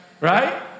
Right